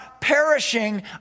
perishing